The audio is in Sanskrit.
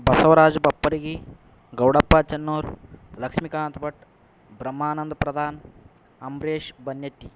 बसोराज् बप्पर्गी गोडप्पा चन्नुर् लक्ष्मीकान्त् भट्ट् ब्रह्मानन्द् प्रधान् अम्रेश् बन्नेटी